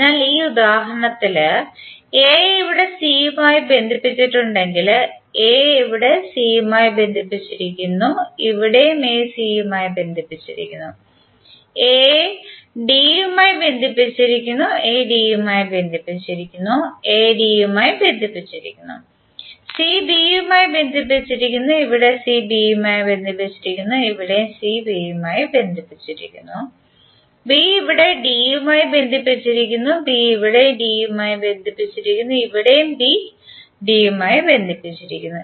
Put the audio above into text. അതിനാൽ ഈ ഉദാഹരണത്തിൽ എ ഇവിടെ സി യുമായി ബന്ധിപ്പിച്ചിട്ടുണ്ടെങ്കിൽ എ ഇവിടെ സി യുമായി ബന്ധിപ്പിച്ചിരിക്കുന്നു ഇവിടെയും എ സി യുമായി ബന്ധിപ്പിച്ചിരിക്കുന്നു എ d യുമായി ബന്ധിപ്പിച്ചിരിക്കുന്നു എ ഡി യുമായി ബന്ധിപ്പിച്ചിരിക്കുന്നു എ ഡി യുമായി ബന്ധിപ്പിച്ചിരിക്കുന്നു സി ബി യുമായി ബന്ധിപ്പിച്ചിരിക്കുന്നു ഇവിടെ സി ബി യുമായി ബന്ധിപ്പിച്ചിരിക്കുന്നു ഇവിടെയും സി യുമായി ബന്ധിപ്പിച്ചിരിക്കുന്നു ബി ഇവിടെ ഡി യുമായി ബന്ധിപ്പിച്ചിരിക്കുന്നു ബി ഇവിടെ ഡി യുമായി ബന്ധിപ്പിച്ചിരിക്കുന്നു ഇവിടെയും ബി ഡി യുമായി ബന്ധിപ്പിച്ചിരിക്കുന്നു